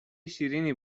شیریننی